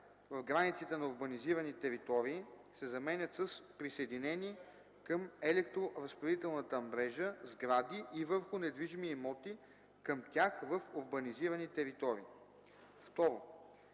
в границите на урбанизирани територии” се заменят с „присъединени към електроразпределителната мрежа сгради и върху недвижими имоти към тях в урбанизирани територии”. 2.